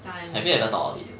have you ever thought of it